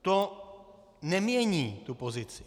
To nemění tu pozici.